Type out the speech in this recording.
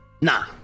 Nah